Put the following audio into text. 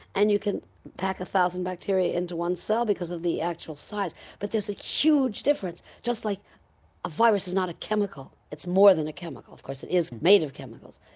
and you can pack a thousand bacteria into one cell because of the actual size. but there's a huge difference, just like a virus is not a chemical, it's more than a chemical. of course it is made of chemicals.